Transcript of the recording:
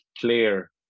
clear